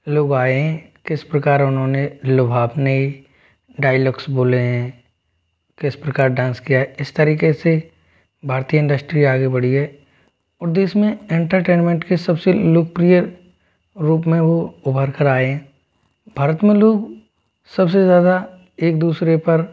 लोग आए किस प्रकार उन्होंने लोहा अपने डायलॉग्स बोले हैं किस प्रकार डांस किया है इस तरीके से भारतीय इंडस्ट्री आगे बढ़ी है और देश में एंटरटेनमेंट के सबसे लोकप्रिय रूप में वह उभर कर आए हैं भारत में लोग सबसे ज़्यादा एक दूसरे पर